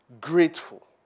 grateful